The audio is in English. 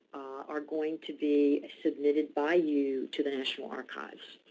are going to be submitted by you to the national archives.